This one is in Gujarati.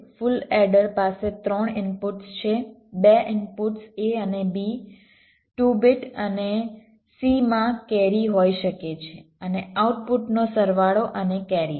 ફુલ એડર પાસે 3 ઇનપુટ્સ છે 2 ઇનપુટ્સ A અને B 2 બીટ અને C માં કેરી હોઈ શકે છે અને આઉટપુટ સરવાળો અને કેરી છે